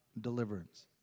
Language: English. deliverance